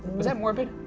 was that morbid?